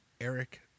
Eric